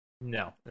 No